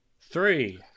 Three